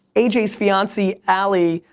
aj's fiancee, ally,